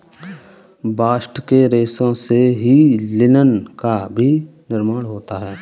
bast के रेशों से ही लिनन का भी निर्माण होता है